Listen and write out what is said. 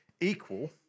equal